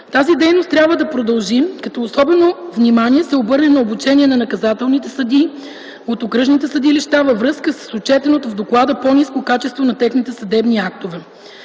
Тази дейност трябва да продължи, като особено внимание се обърне на обучение на наказателните съдии от окръжните съдилища във връзка с отчетеното в доклада по-ниско качество на техните съдебни актове.